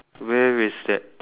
where is that